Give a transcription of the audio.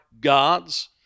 God's